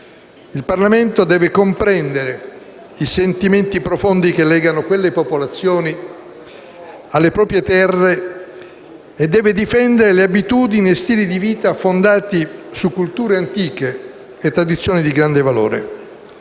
Il Parlamento deve comprendere i sentimenti profondi che legano quelle popolazioni alle proprie terre e difendere abitudini e stili di vita fondati su culture antiche e tradizioni di grande valore.